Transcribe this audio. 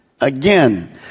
again